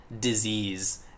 disease